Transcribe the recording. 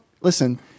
listen